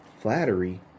Flattery